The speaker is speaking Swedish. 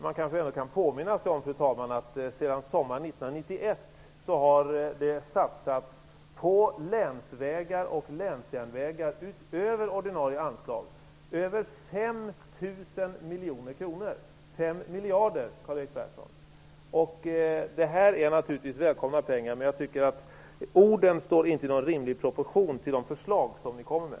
Man skall kanske påminna sig, fru talman, om att det sedan sommaren 1991 har satsats på länsvägar och länsjärnvägar, utöver ordinarie anslag, över 5 000 miljoner kronor, alltså 5 miljarder. Det är naturligtvis välkomna pengar, men jag tycker att orden inte står i någon rimlig proportion till de förslag som ni kommer med.